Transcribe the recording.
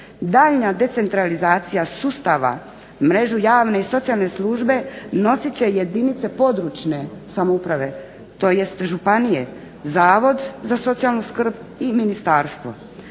Daljnja decentralizacija sustava, mrežu javne i socijalne službe nosit će jedinice područne samouprave tj. županije, zavod za socijalnu skrb i ministarstvo.